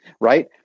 right